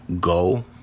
go